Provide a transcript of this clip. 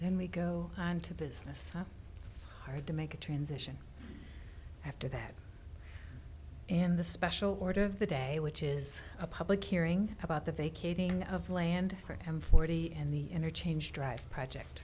then we go into business hard to make a transition after that and the special order of the day which is a public hearing about the vacating of land grant him forty and the interchange drive project